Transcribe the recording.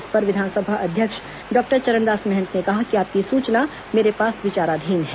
इस पर विधानसभा अध्यक्ष डॉक्टर चरणदास महंत ने कहा कि आपकी सूचना मेरे पास विचाराधीन है